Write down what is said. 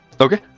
Okay